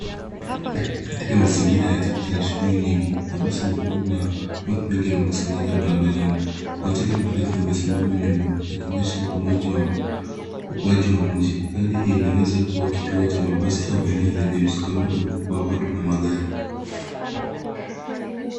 Katika mazingira ya jiji ya shughuli nyingi, mabasi mekundu na watu wengi wamekusanyika barabarani. Majengo marefu yamesimama nyuma yakionyesha ukuaji wa mji. Hali hii inaweza kuwa kituo cha mabasi au eneo lenye msongamano mkubwa wa watu na magari.